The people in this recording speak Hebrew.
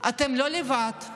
אתן לא לבד.